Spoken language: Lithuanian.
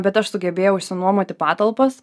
bet aš sugebėjau išsinuomoti patalpas